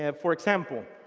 and for example,